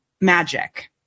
magic